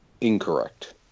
incorrect